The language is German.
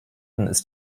ist